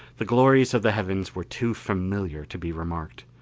the glories of the heavens were too familiar to be remarked.